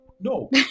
No